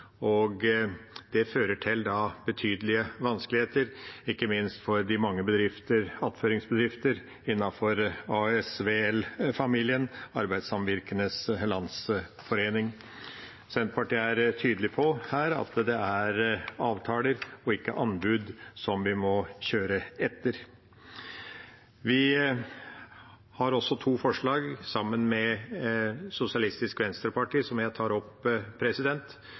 Det fører til betydelige vanskeligheter, ikke minst for de mange attføringsbedriftene innenfor ASVL-familien, Arbeidssamvirkenes Landsforening. Senterpartiet er her tydelig på at det er avtaler, ikke anbud, vi må kjøre etter. Vi har også noen forslag sammen med Sosialistisk Venstreparti som jeg tar opp.